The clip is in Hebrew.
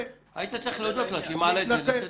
היית צריך להודות לה שהיא מעלה את זה לסדר-היום.